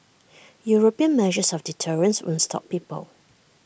european measures of deterrence won't stop people